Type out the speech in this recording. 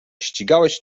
ścigałeś